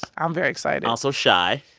i'm very excited also chi.